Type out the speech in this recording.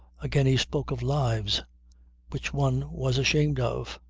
again he spoke of lives which one was ashamed of.